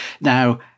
Now